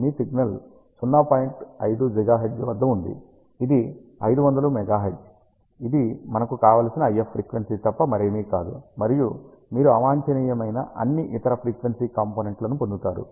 5 GHz వద్ద ఉంది ఇది 500 MHz ఇది మనకు కావలసిన IF ఫ్రీక్వెన్సీ తప్ప మరేమీ కాదు మరియు మీరు అవాంఛనీయమైన అన్ని ఇతర ఫ్రీక్వెన్సీ కాంపోనెంట్ లను పొందుతారు